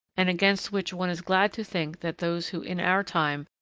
and against which one is glad to think that those who, in our time,